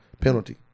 penalty